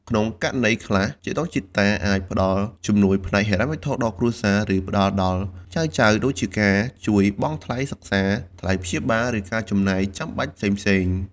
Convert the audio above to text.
ក្នុងករណីខ្លះ ជីដូនជីតាអាចផ្តល់ជំនួយផ្នែកហិរញ្ញវត្ថុដល់គ្រួសារ ឬផ្ដល់ដល់ចៅៗ ដូចជាការជួយបង់ថ្លៃសិក្សា ថ្លៃព្យាបាល ឬការចំណាយចាំបាច់ផ្សេងៗ។